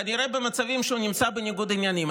כנראה במצבים שבהם הוא נמצא בניגוד עניינים.